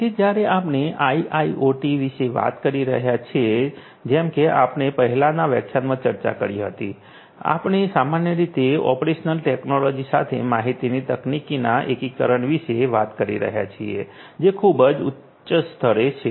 તેથી જ્યારે આપણે આઈઆઈઓટી વિશે વાત કરી રહ્યા છે જેમ કે આપણે પહેલાના વ્યાખ્યાનમાં ચર્ચા કરી હતી આપણે સામાન્ય રીતે ઓપરેશનલ ટેક્નોલોજી સાથે માહિતી તકનીકીના એકીકરણ વિશે વાત કરી રહ્યા છીએ જે ખૂબ જ ઉચ્ચ સ્તરે છે